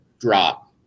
drop